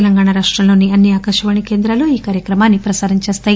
తెలంగాణా రాష్టంలోని అన్నీ ఆకాశవాణి కేంద్రాలూ ఈ కార్యక్రమాన్ని ప్రసారం చేస్తాయి